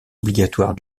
obligatoire